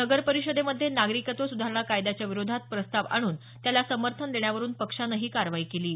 नगर परिषदेमध्ये नागरिकत्व सुधारणा कायद्याच्या विरोधात प्रस्ताव आणून त्याला समर्थन देण्यावरून पक्षानं ही कारवाई केली आहे